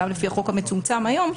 גם לפי החוק המצומצם היום,